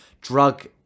drug